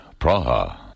Praha